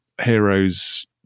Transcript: heroes